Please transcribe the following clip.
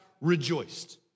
rejoiced